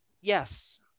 Yes